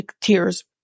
tears